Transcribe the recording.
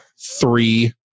three